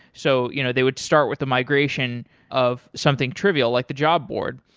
so you know they would start with the migration of something trivial, like the job board.